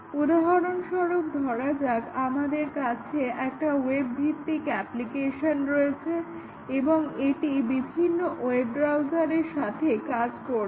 উদাহরণস্বরূপ ধরা যাক আমাদের কাছে একটা ওয়েব ভিত্তিক অ্যাপ্লিকেশন রয়েছে এবং এটি বিভিন্ন ওয়েব ব্রাউজারের সাথে কাজ করবে